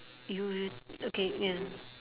you you okay ya